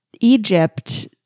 Egypt